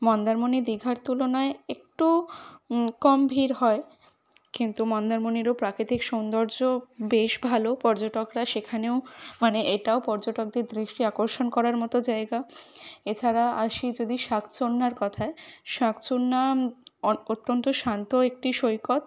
মন্দারমনি দীঘার তুলনায় একটু কম ভিড় হয় কিন্তু মন্দারমনিরও প্রাকৃতিক সৌন্দর্য বেশ ভালো পর্যটকরা সেখানেও মানে এটাও পর্যটকদের দৃষ্টি আকর্ষণ করার মতো জায়গা এছাড়া আসি যদি শাকচুন্নার কথায় শাকচুন্না অত অত্যন্ত শান্ত একটি সৈকত